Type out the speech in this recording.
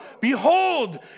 Behold